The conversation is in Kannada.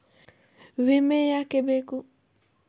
ವಿಮೆ ಯಾಕೆ ಬೇಕು?